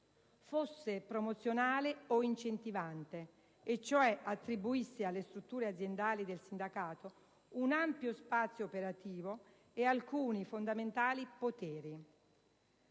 fosse promozionale o incentivante, e cioè attribuisse alle strutture aziendali del sindacato un ampio spazio operativo e alcuni fondamentali poteri.